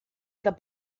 the